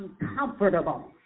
uncomfortable